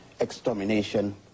extermination